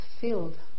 filled